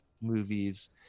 movies